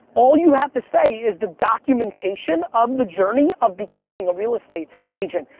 all you have to say is the documentation of the journey, of becoming a real estate agent.